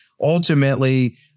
ultimately